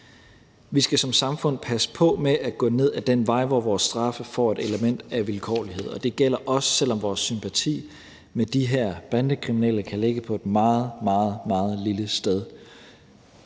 Vi skal som samfund passe på med at gå ned ad den vej, hvor vores straffe får et element af vilkårlighed, og det gælder også, selv om vores sympati med de her bandekriminelle kan ligge på et meget, meget lille sted.